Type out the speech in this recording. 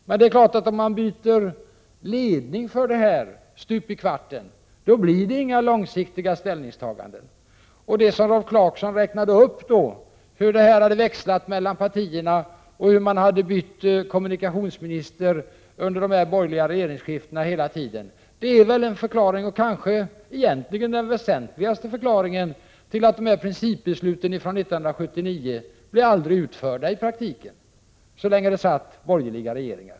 Byter man ledning stup i kvarten, blir det emellertid inga långsiktiga ställningstaganden. Rolf Clarkson redogjorde för hur ledningen hade växlat mellan partierna och hur man hade fått byta kommunikationsminister vid de borgerliga regeringsskiftena. Det är väl en förklaring, kanske egentligen den väsentligaste, till att principbesluten från 1979 aldrig blev genomförda i praktiken så länge vi'hade borgerliga regeringar.